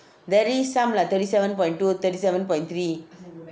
there is some lah thirty seven point two thirty seven point three